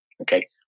okay